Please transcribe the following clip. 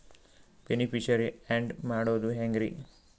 Beneficiary, add ಮಾಡೋದು ಹೆಂಗ್ರಿ?